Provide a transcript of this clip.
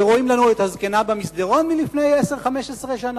ורואים לנו את הזקנה במסדרון מלפני 10 15 שנה,